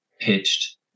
pitched